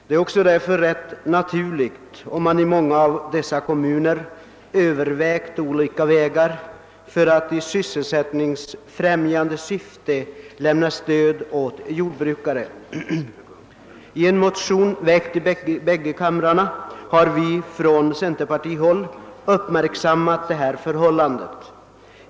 Det är därför också rätt naturligt att man i många av dessa kommuner övervägt olika metoder att i sysselsättningsfrämjande syfte lämna stöd åt jordbrukare. I en motion väckt i bägge kamrarna har vi från centerpartihåll uppmärksammat detta förhållande.